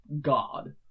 God